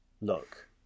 look